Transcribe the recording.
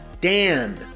Dan